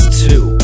two